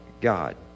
God